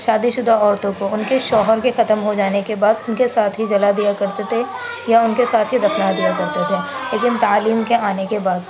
شادی شدہ عورتوں کو ان کے شوہر کے ختم ہو جانے کے بعد ان کے ساتھ ہی جلا دیا کرتے تھے یا ان کے ساتھ ہی دفنا دیا کرتے تھے لیکن تعلیم کے آنے کے بعد